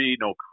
no